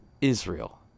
Israel